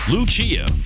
Lucia